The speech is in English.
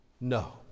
No